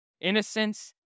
innocence